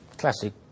classic